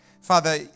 Father